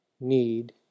need